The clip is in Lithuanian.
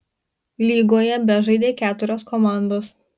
lygoje bežaidė keturios komandos